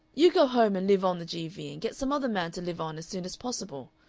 you go home and live on the g v, and get some other man to live on as soon as possible.